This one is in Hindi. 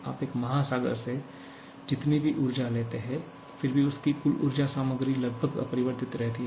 आप एक महासागर से जितनी भी ऊर्जा लेते हैं फिरभी उसकी कुल ऊर्जा सामग्री लगभग अपरिवर्तित रहती है